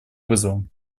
вызовам